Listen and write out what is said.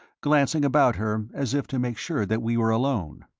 glancing about her as if to make sure that we were alone.